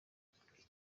kitabi